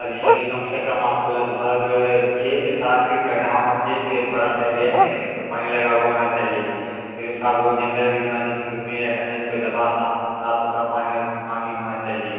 अब जिसमें कि कम से कम आपको लगभग छः से सात फिट गढ़ा होना चाहिए फिर एक बड़ा सा एरिया में जिसमें पानी लगा हुआ होना चाहिए थोड़ा बहुत जंगल भी होना चाहिए जैसे कि उसमें ऐसा नहीं कि कोई दवा साफ सुथरा पानी होना चाहिए